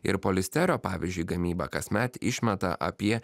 ir poliesterio pavyzdžiui gamyba kasmet išmeta apie